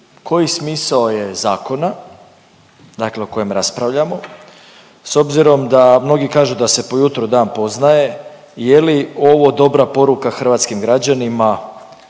koji smisao je zakona, dakle o kojem raspravljamo, s obzirom da mnogi kažu da se po jutru dan poznaje, je li ovo dobra poruka hrvatskim građanima